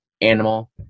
animal